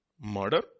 murder